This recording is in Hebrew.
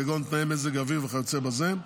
כגון תנאי מזג אוויר וכיוצא בזה,